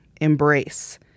embrace